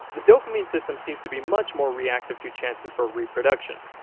the dopamine system seems to be much more reactive to chances for reproduction.